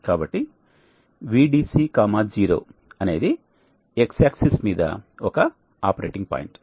కాబట్టి VDC0 అనేది X axis మీద ఒక ఆపరేటింగ్ పాయింట్